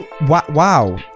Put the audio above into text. Wow